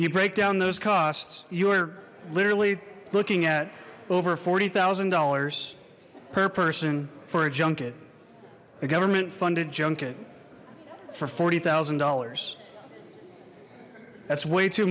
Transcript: you break down those costs you are literally looking at over forty thousand dollars per person for a junket a government funded junket for forty thousand dollars that's way too